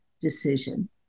decision